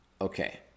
Okay